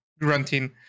grunting